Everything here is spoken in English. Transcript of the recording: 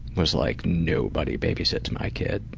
was like nobody babysits my kid.